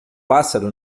pássaro